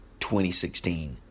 2016